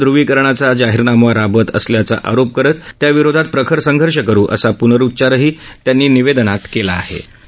भाजपा ध्रवीकरणाचा जाहीरनामा राबवत असल्याचा आरोप करत त्याविरोधात प्रखर संघर्ष करू असा प्नरुच्चारही त्यांनी निवेदनात केला आहे